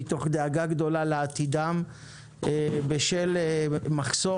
מתוך דאגה גדולה לעתידם בשל מחסור